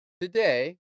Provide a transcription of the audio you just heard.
today